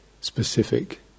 specific